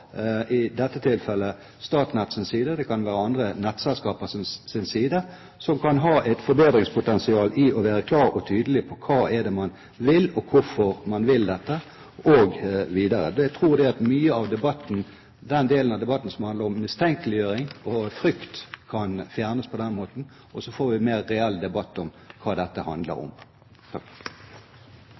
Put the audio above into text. i dette tilfellet Statnett, men det kan også være andre nettselskaper som har et forbedringspotensial når det gjelder å være klar og tydelig på hva man vil, og hvorfor man vil dette osv. Jeg tror at mye av debatten – den delen av debatten som handler om mistenkeliggjøring og frykt – kan fjernes på den måten. Så får vi en mer reell debatt om hva dette handler om.